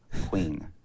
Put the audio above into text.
Queen